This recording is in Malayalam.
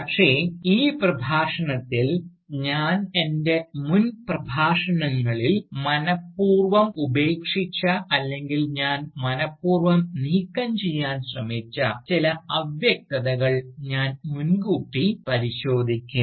പക്ഷേ ഈ പ്രഭാഷണത്തിൽ ഞാൻ എൻറെ മുൻപ്രഭാഷണങ്ങളിൽ മനഃപൂർവ്വം ഉപേക്ഷിച്ച അല്ലെങ്കിൽ ഞാൻ മനഃപൂർവ്വം നീക്കം ചെയ്യാൻ ശ്രമിച്ച ചില അവ്യക്തതകൾ ഞാൻ മുൻകൂട്ടി പരിശോധിക്കും